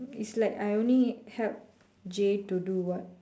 it's like I only help J to do what